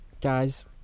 guys